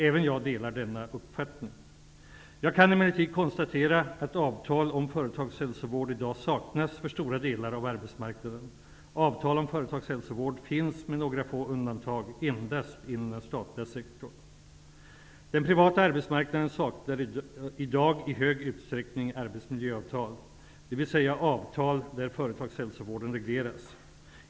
Även jag delar denna uppfattning. Jag kan emellertid konstatera att avtal om företagshälsovård i dag saknas för stora delar av arbetsmarknaden. Avtal om företagshälsovård finns med några få undantag endast inom den statliga sektorn. Den privata arbetsmarknaden saknar i dag i hög utsträckning arbetsmiljöavtal, dvs. avtal där företagshälsovården regleras.